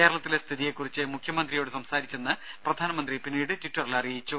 കേരളത്തിലെ സ്ഥിതിയെക്കുറിച്ച് മുഖ്യമന്ത്രിയോട് സംസാരിച്ചെന്ന് പ്രധാനമന്ത്രി പിന്നീട് ട്വിറ്ററിൽ അറിയിച്ചു